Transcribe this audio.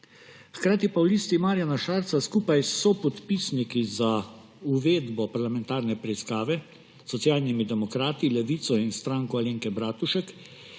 Hkrati pa v Listi Marjana Šarca skupaj s sopodpisniki za uvedbo parlamentarne preiskave, s Socialnimi demokrati, Levico in Stranko Alenke Bratušek,